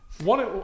One